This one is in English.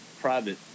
Private